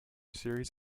series